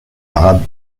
arabes